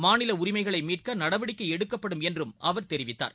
மாநிலஉரிமைகளைமீட்கநடவடிக்கைஎடுக்கப்படும் என்றும் அவர் தெரிவித்தார்